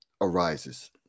arises